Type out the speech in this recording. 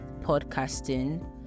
podcasting